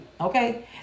Okay